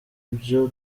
ibyo